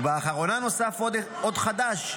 ובאחרונה נוסף עוד אות חדש,